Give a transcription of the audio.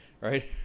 Right